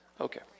Okay